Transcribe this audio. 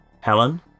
Helen